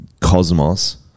cosmos